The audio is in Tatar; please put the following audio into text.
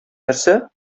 нәрсә